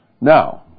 Now